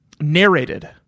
narrated